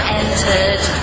entered